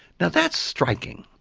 now that's striking.